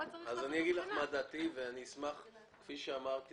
אני מבין את המורכבות של on-top תכנית